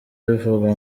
abivuga